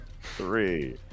Three